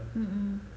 mmhmm